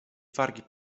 wargi